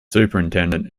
superintendent